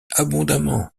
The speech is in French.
abondamment